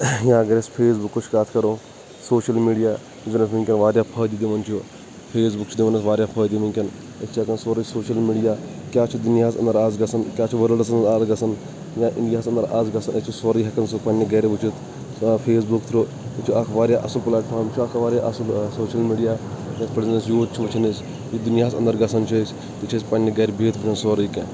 یا اَگر أسۍ فیس بُکٕچ کَتھ کَرُو سوشَل میٖڈیا یُس زن اسہِ وُنکیٚن واریاہ فٲیِدٕ دِوان چھِ فیس بُک چھِ دوان واریاہ فٲیِدٕ وُنکیٚن أسۍ چھِ ہیٚکان سورُے سُوشَل مِیٖڈیا کیٛاہ چھِ دُنیاہَس اَنٛدَر آز گژھَن کِیٛاہ چھِ وٲلڈَس اَنٛدَر اَز گژھان یا اِنڈِیا ہَس اَنٛدَر اَز گژھان أسۍ چھِ سورُے ہیٚکان سُہ پَنہِ گَرِ وُچِھتھ یا فیس بُک تھرو یہِ چھِ اَکھ واریاہ اَصٕل پٕلِیٹ فارم واریاہ اَصٕل سوشَل میٖڈیا أسۍ یوٗز چھ وُچھان أسی یہِ دنیا ہس انٛدر گژھان چھُ تہِ چھِ أسۍ پَننہِ گَرِ بِہِتھ وُچھان سُورُے کِینٛہہ